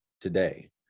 today